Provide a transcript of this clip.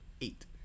eight